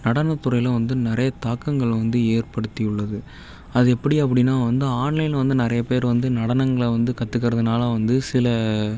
நடனத்துறையில் வந்து நிறைய தாக்கங்கள் வந்து ஏற்படுத்தி உள்ளது அது எப்படி அப்படின்னா வந்து ஆன்லைன்ல வந்து நிறைய பேர் வந்து நடனங்களை வந்து கத்துக்கிறதுனால வந்து சில